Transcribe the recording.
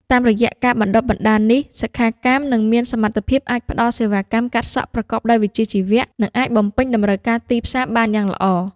តាមរយៈការបណ្តុះបណ្តាលនេះ សិក្ខាកាមនឹងមានសមត្ថភាពអាចផ្តល់សេវាកម្មកាត់សក់ប្រកបដោយវិជ្ជាជីវៈ និងអាចបំពេញតម្រូវការទីផ្សារបានយ៉ាងល្អ។